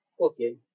Okay